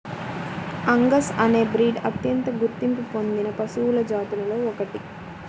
Angus అనే breed అత్యంత గుర్తింపు పొందిన పశువుల జాతులలో ఒకటి